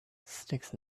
sticks